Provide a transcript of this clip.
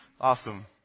Awesome